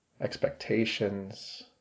expectations